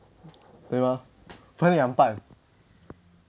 对吗分两半